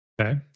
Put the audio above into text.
okay